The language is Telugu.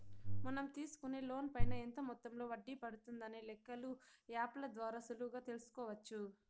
మనం తీసుకునే లోన్ పైన ఎంత మొత్తంలో వడ్డీ పడుతుందనే లెక్కలు యాప్ ల ద్వారా సులువుగా తెల్సుకోవచ్చు